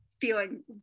feeling